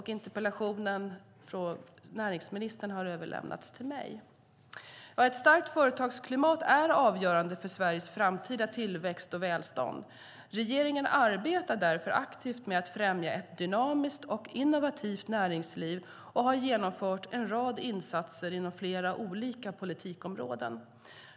Interpellationen har överlämnats till mig för besvarande. Ett starkt företagsklimat är avgörande för Sveriges framtida tillväxt och välstånd. Regeringen arbetar därför aktivt med att främja ett dynamiskt och innovativt näringsliv och har genomfört en rad insatser inom flera olika politikområden.